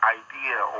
idea